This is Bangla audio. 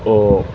ও